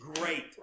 great